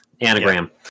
Anagram